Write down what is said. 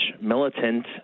militant